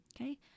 okay